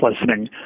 listening